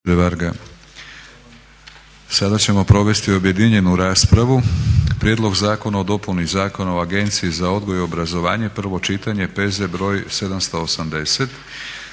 Sada ćemo provesti objedinjenju raspravu: - Prijedlog zakona o dopuni Zakona o agenciji za odgoj i obrazovanje, prvo čitanje, P.Z. br. 780,